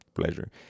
pleasure